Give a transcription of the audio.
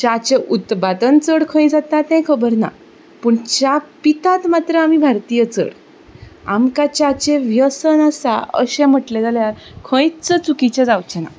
च्याचे उत्पादन चड खंय जाता तें खबर ना पूण च्या पितात मात्र आमी भारतीय चड आमकां च्याचें व्यसन आसा अशें म्हणलें जाल्यार खंयच चुकीचें जावचें ना